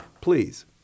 please